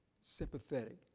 Sympathetic